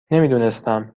نمیدونستم